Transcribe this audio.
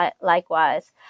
likewise